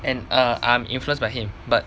and uh I'm influenced by him but